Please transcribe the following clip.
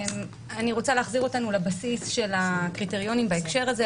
אני רוצה להחזיר אותנו לבסיס של הקריטריונים בהקשר הזה,